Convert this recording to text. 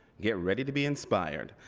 get ready to be inspired.